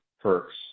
perks